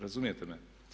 Razumijete me?